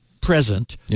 present